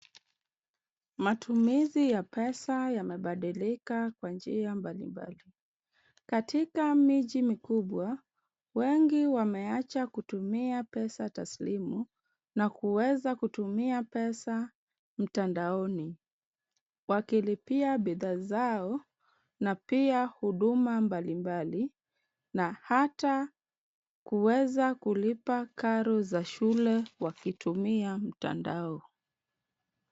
Matumizi ya pesa yanabadilika kwa njia mbalimbali. Katika miji mikubwa, wengi wameacha kutumia pesa taslimu na kuweza kutumia pesa mtandaoni. Wakilipia bidhaa zao, na pia huduma mbalimbali na hata kuweza kulipa karo za shule wakitumia mtandao.